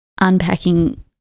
unpacking